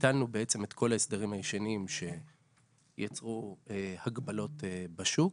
וביטלנו בעצם את כל ההסדרים הישנים שיצרו הגבלות בשוק.